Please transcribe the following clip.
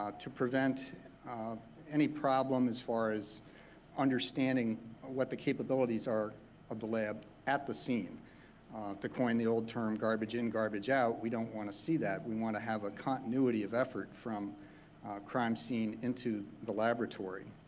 to prevent any problem as far as understanding what the capabilities are of the lab at the scene to coin the old term garbage in, garbage out', we don't want to see that. we want to have a continuity of effort from crime scene into the laboratory.